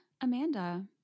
Amanda